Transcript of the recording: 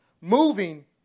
moving